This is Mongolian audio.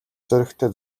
зоригтой